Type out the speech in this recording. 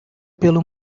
pelo